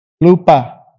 Lupa